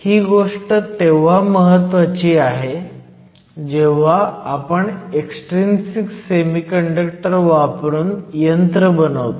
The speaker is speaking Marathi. ही गोष्ट तेव्हा म्हत्वाचीच आहे जेव्हा आपण एक्सट्रिंसिक सेमीकंडक्टर वापरून यंत्र बनवतो